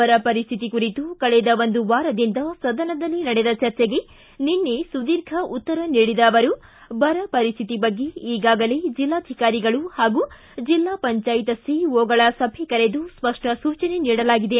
ಬರ ಪರಿಸ್ಥಿತಿ ಕುರಿತು ಕಳೆದ ಒಂದು ವಾರದಿಂದ ಸದನದಲ್ಲಿ ನಡೆದ ಚರ್ಚೆಗೆ ನಿನ್ನೆ ಸುದೀರ್ಘ ಉತ್ತರ ನೀಡಿದ ಅವರು ಬರ ಪರಿಸ್ಥಿತಿ ಬಗ್ಗೆ ಈಗಾಗಲೇ ಜಿಲ್ಲಾಧಿಕಾರಿಗಳು ಹಾಗೂ ಸಿಇಒಗಳ ಸಭೆ ಕರೆದು ಸ್ಪಷ್ಟ ಸೂಚನೆ ನೀಡಲಾಗಿದೆ